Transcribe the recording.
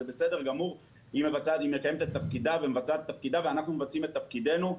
היא מבצעת את תפקידה ואנחנו מבצעים את תפקידנו.